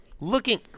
looking